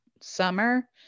summer